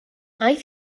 aeth